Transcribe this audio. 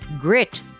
Grit